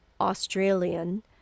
Australian